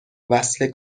وصله